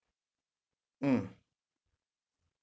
mm